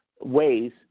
ways